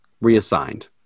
reassigned